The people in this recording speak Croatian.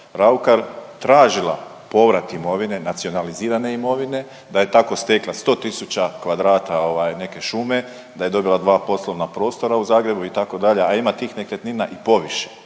Raukar tražila povrat imovine, nacionalizirane imovine, da je tako stekla 100.000 kvadrata neke šume, da je dobila dva poslovna prostora u Zagrebu itd., a ima tih nekretnina i poviše